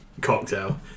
cocktail